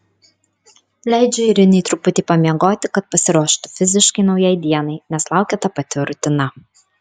leidžiu airinei truputį pamiegoti kad pasiruoštų fiziškai naujai dienai nes laukia ta pati rutina